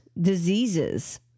diseases